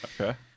Okay